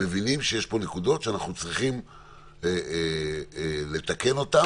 מבינים שיש פה נקודות שאנחנו צריכים לתקן אותן.